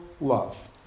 love